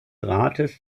rates